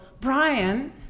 brian